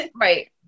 Right